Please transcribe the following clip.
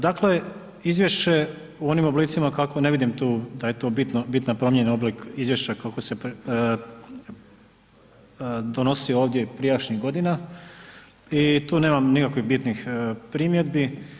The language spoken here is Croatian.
Dakle, izvješće u onim oblicima kakvo ne vidim tu da je tu bitna promjena izvješća kakvo se donosilo ovdje prijašnjih godina i tu nemam nikakvih bitnih primjedbi.